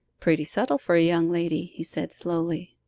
pretty subtle for a young lady he said slowly.